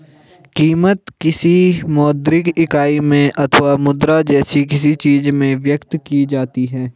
कीमत, किसी मौद्रिक इकाई में अथवा मुद्रा जैसी किसी चीज में व्यक्त की जाती है